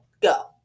Go